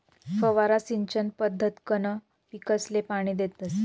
फवारा सिंचन पद्धतकंन पीकसले पाणी देतस